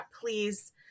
please